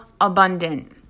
abundant